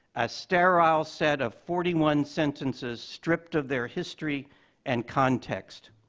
a sterile set of forty one sentences stripped of their history and context.